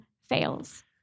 fails